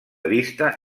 vista